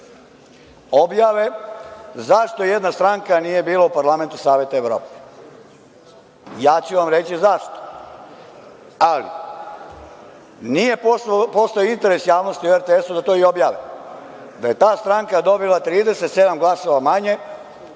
objavi zašto jedna stranka nije bila u parlamentu Saveta Evrope. Ja ću vam reći zašto. Ali, nije postojao interes javnosti na RTS-u da to i objave. Da je ta stranka dobila 37 glasova manje